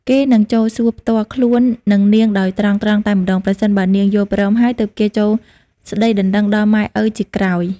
គេនិងចូលសួរផ្ទាល់ខ្លួននឹងនាងដោយត្រង់ៗតែម្ដង ប្រសិនបើនាងយល់ព្រមហើយ ទើបគេចូលស្ដីដណ្ដឹងដល់ម៉ែឪជាក្រោយ ។